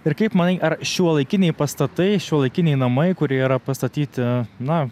ir kaip manai ar šiuolaikiniai pastatai šiuolaikiniai namai kurie yra pastatyti na